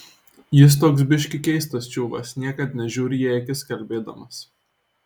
jis toks biškį keistas čiuvas niekad nežiūri į akis kalbėdamas